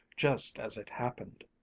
just as it happened.